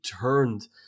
turned